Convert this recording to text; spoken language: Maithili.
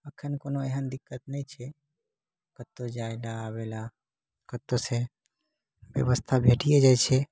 एखन कोनो एहन दिक्कत नहि छै कतौ जाइ लए आबै लए कतौ से व्यवस्था भेटिए जाइ छै